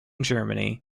germany